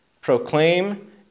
proclaim